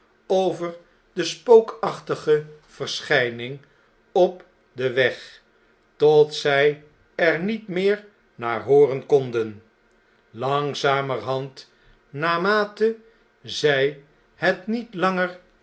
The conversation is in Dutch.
over de spookachtige verschijning op den weg tot zij er niet meer naar hooren konden langzamerhand naarmate zjj het niet langer